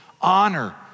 Honor